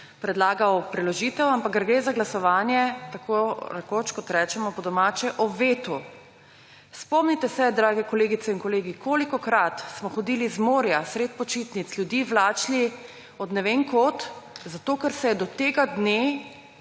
predlagali preložitev, ampak ker gre za glasovanje tako rekoč, kot rečemo po domače, o vetu. Spomnite se, drage kolegice in kolegi, kolikokrat smo hodili z morja, sredi počitnic, ljudi vlačili od ne vem kod, zato ker se je do tega dne